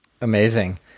Amazing